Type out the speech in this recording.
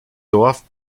dorf